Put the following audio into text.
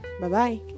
Bye-bye